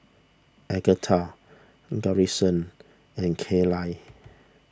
Agatha Garrison and Kaylie